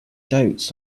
doubts